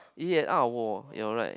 yeah out of war you are right